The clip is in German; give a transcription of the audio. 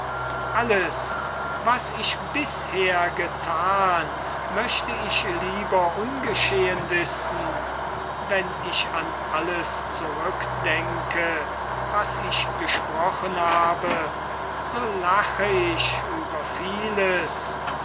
alles was ich bisher gethan möchte ich lieber ungeschehen wissen wenn ich an alles zurückdenke was ich gesprochen habe so lache ich über vieles